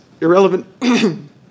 irrelevant